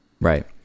right